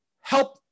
help